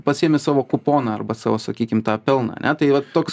pasiėmi savo kuponą arba savo sakykim tą pelną tai va toks